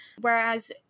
whereas